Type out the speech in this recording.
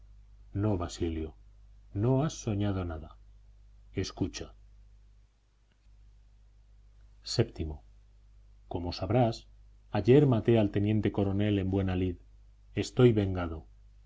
no basilio no has soñado nada escucha vii como sabrás ayer maté al teniente coronel en buena lid estoy vengado